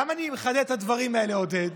למה אני מחדד את הדברים האלה, עודד?